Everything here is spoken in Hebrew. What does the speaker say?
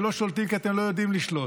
אתם לא שולטים, כי אתם לא יודעים לשלוט,